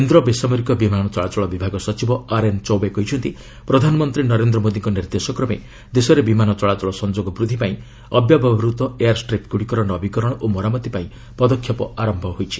କେନ୍ଦ୍ର ବେସାମରିକ ବିମାନ ଚଳାଚଳ ବିଭାଗ ସଚିବ ଆର୍ଏନ୍ ଚୌବେ କହିଛନ୍ତି ପ୍ରଧାନମନ୍ତ୍ରୀ ନରେନ୍ଦ୍ର ମୋଦିଙ୍କ ନିର୍ଦ୍ଦେଶକ୍ରମେ ଦେଶରେ ବିମାନ ଚଳାଚଳ ସଂଯୋଗ ବୃଦ୍ଧି ପାଇଁ ଅବ୍ୟବହୃତ ଏୟାରଷ୍ଟ୍ରିପ୍ଗୁଡ଼ିକର ନବୀକରଣ ଓ ମରାମତି ପାଇଁ ପଦକ୍ଷେପ ଆରମ୍ଭ ହୋଇଛି